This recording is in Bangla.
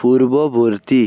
পূর্ববর্তী